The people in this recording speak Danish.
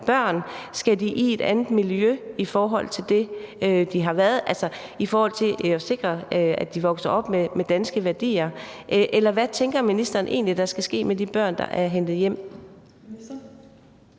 børn – skal de hen i et andet miljø end det, de har været i, altså i forhold til at sikre, at de vokser op med danske værdier? Eller hvad tænker ministeren egentlig der skal ske med de børn, der er hentet hjem?